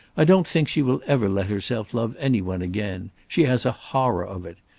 i don't think she will ever let herself love any one again. she has a horror of it.